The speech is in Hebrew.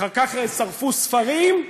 אחר כך שרפו ספרים,